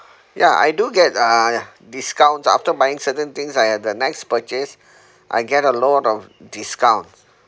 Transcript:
ya I do get uh discounts after buying certain things I had the next purchase I get a lot of discounts